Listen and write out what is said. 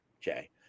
Jay